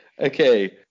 Okay